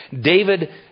David